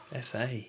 FA